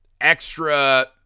extra